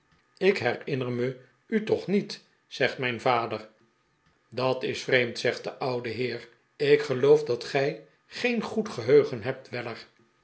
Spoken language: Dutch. ik herinner me u toch niet zegt mijn vader dat is vreemd zegt de oude heer ik geloof dat gij geen goed geheugen hebt weller